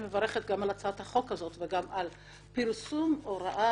מברכת גם על הצעת החוק הזאת וגם על פרסום הוראה